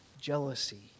jealousy